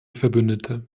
verbündete